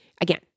again